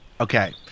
Okay